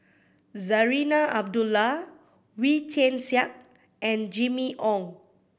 Zarinah Abdullah Wee Tian Siak and Jimmy Ong